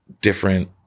different